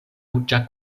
ruĝa